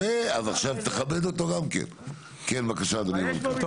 כן בבקשה אדוני המנכ"ל.